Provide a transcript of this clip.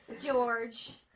george.